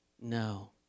No